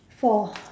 for